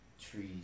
trees